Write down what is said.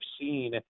seen